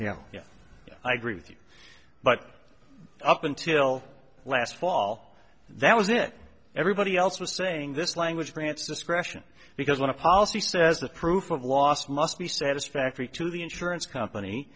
yeah yeah i agree with you but up until last fall that was it everybody else was saying this language grants discretion because when a policy says the proof of last must be satisfactory to the insurance company